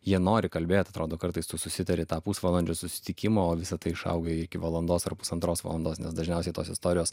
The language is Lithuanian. jie nori kalbėt atrodo kartais tu susitari tą pusvalandžio susitikimo o visa tai išauga iki valandos ar pusantros valandos nes dažniausiai tos istorijos